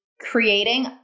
creating